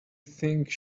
think